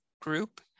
group